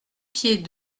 pieds